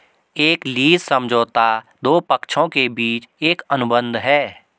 एक लीज समझौता दो पक्षों के बीच एक अनुबंध है